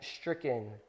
stricken